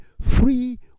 free